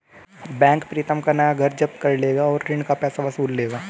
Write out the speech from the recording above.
bank Pritam का नया घर जब्त कर लेगा और ऋण का पैसा वसूल लेगा